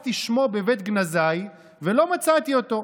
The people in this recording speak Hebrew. חיפשתי שמו בבית גנזיי ולא מצאתי אותו,